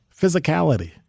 physicality